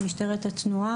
עם משטרת התנועה,